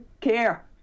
care